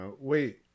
Wait